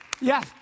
Yes